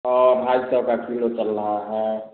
औ ढाई सौ का किलो चल रहा है